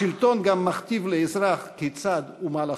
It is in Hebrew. השלטון גם מכתיב לאזרח כיצד ומה לחשוב.